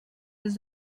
des